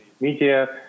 media